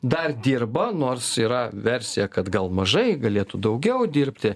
dar dirba nors yra versija kad gal mažai galėtų daugiau dirbti